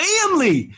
Family